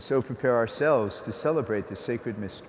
so compare ourselves to celebrate the sacredness